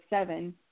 seven